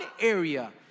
area